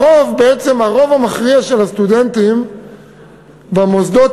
בעצם הרוב המכריע של הסטודנטים במוסדות